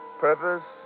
Purpose